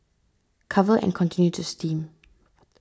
cover and continue to steam